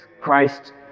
Christ